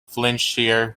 flintshire